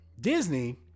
Disney